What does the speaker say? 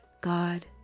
God